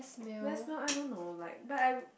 best meal I don't know like but I would